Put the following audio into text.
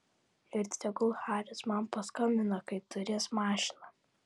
ir tegul haris man paskambina kai turės mašiną